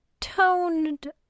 toned